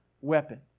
weapon